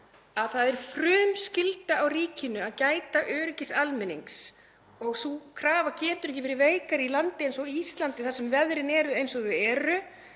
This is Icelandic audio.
að það er frumskylda á ríkinu að gæta öryggis almennings og sú krafa getur ekki verið veikari í landi eins og Íslandi þar sem veðrin eru eins og þau eru.